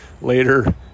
later